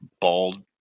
bald